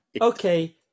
Okay